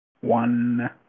One